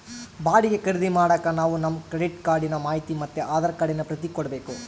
ಬಾಡಿಗೆ ಖರೀದಿ ಮಾಡಾಕ ನಾವು ನಮ್ ಕ್ರೆಡಿಟ್ ಕಾರ್ಡಿನ ಮಾಹಿತಿ ಮತ್ತೆ ಆಧಾರ್ ಕಾರ್ಡಿನ ಪ್ರತಿ ಕೊಡ್ಬಕು